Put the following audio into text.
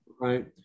Right